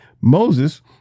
Moses